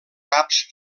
caps